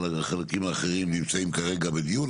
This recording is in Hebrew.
החלקים האחרים נמצאים כרגע בדיון,